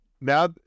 now